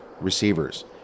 receivers